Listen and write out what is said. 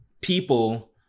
people